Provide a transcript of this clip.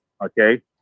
okay